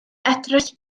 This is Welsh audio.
edrych